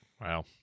Wow